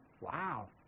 wow